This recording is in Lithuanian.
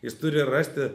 jis turi rasti